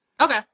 Okay